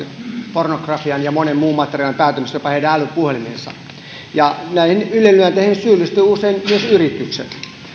pornografian ja monen muun materiaalin päätymistä jopa heidän älypuhelimiinsa näihin ylilyönteihin syyllistyvät usein myös